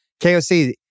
KOC